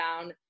down